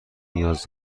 نیاز